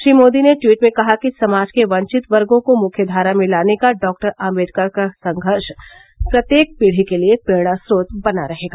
श्री मोदी ने ट्वीट में कहा कि समाज के वचित वर्गों को मुख्य धारा में लाने का डॉक्टर आम्बेडकर का संघर्ष प्रत्येक पीढी के लिए प्रेरणा स्रोत बना रहेगा